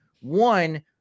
One